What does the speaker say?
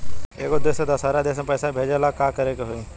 एगो देश से दशहरा देश मे पैसा भेजे ला का करेके होई?